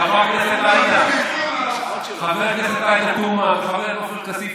חברת הכנסת עאידה תומא וחבר הכנסת עופר כסיף,